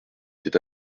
était